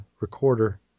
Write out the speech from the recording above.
recorder